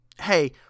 hey